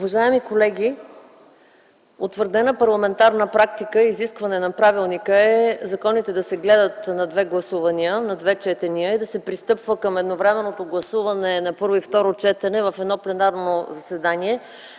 Уважаеми колеги, утвърдена парламентарна практика и изискване на правилника е законите да се гледат на две гласувания, на две четения, и да се пристъпва към едновременното гласуване на първо и второ четене в едно пленарно заседание